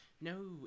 no